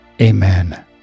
amen